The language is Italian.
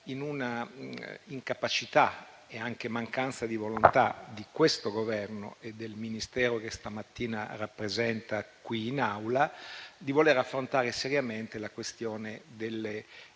in una incapacità e anche in una mancanza di volontà del Governo e del Ministero che questa mattina lo rappresenta qui in Aula di voler affrontare seriamente la questione delle